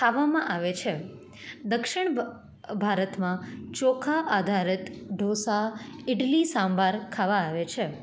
ખાવામાં આવે છે દક્ષિણ ભારતમાં ચોખા આધારિત ઢોસા ઇડલી સાંભાર ખાવા આવે છે